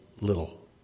little